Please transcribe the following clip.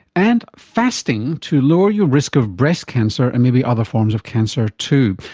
and fasting to lower your risk of breast cancer and maybe other forms of cancer too.